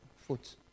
Foot